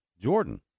Jordan